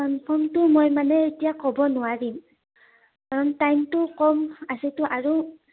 কনফাৰ্মটো মই মানে এতিয়া ক'ব নোৱাৰিম কাৰণ টাইমটো কম আছেতো আৰু